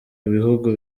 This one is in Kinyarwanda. bihugu